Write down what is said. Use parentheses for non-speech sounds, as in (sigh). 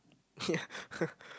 ya (laughs)